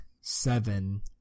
seven